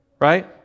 right